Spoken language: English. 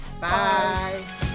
bye